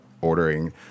ordering